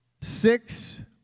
Six